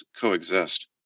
coexist